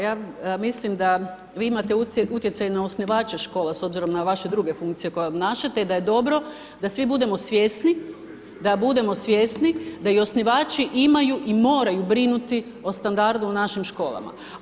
Ja mislim da vi imate utjecaj na osnivače škola, s obzirom na vaše druge funkcije koje obnašate i da je dobro, da svi budemo svjesni, da budemo svjesni da i osnivači imaju i moraju brinuti o standardu u našim školama.